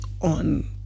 on